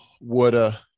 woulda